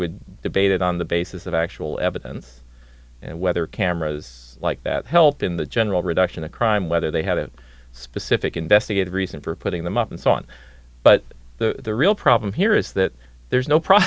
would debated on the basis of actual evidence whether cameras like that help in the general reduction of crime whether they have a specific investigative reason for putting them up and so on but the real problem here is that there's no proce